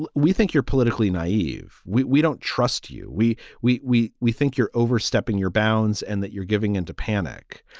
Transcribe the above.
but we think you're politically naive. we we don't trust you. we we we we think you're overstepping your bounds and that you're giving into panic.